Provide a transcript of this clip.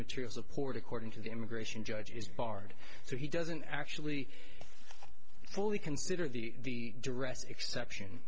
material support according to the immigration judge is barred so he doesn't actually fully consider the dress exception